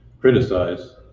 criticize